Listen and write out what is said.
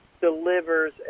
delivers